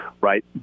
right